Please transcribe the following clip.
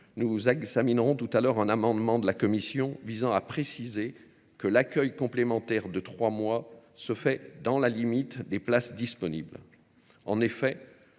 Nous examinerons tout à l'heure un amendement de la Commission visant à préciser que l'accueil complémentaire de trois mois se fait dans la limite des places disponibles. En effet,